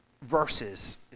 Verses